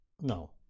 no